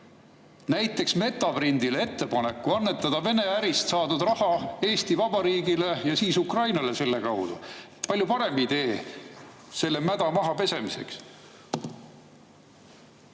näiteks Metaprintile ettepaneku annetada Vene ärist saadud raha Eesti Vabariigile ja selle kaudu Ukrainale? Palju parem idee selle mäda mahapesemiseks.